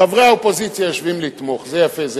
חברי האופוזיציה יושבים לתמוך, זה יפה, זה